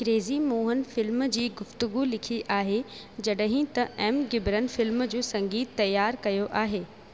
के G Mohan film जी गुफ़्तगू लिखी आहे जड॒हिं त एम गिबरन फिल्म जो संगीतु तयार कयो आहे